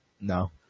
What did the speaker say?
No